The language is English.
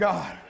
God